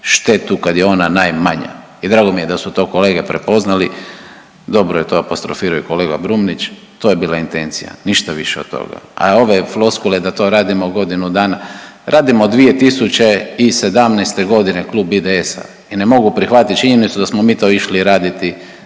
štetu kad je ona najmanja i drago mi je da su to kolege prepoznali, dobro je to apostrofirao i kolega Brumnić, to je bila intencija, ništa više od toga. A ove floskule da to radimo godinu dana, radimo 2017.g., Klub IDS-a i ne mogu prihvatit činjenicu da smo mi to išli raditi